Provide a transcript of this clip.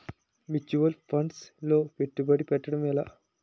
Mutual funds లో పెట్టుబడి పెట్టడం ఎలా?